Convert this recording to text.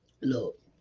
look